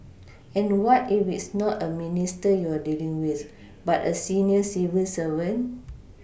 and what if it's not a Minister you're dealing with but a senior civil servant